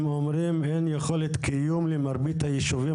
הם אומרים שאין יכולת קיום למרבית היישובים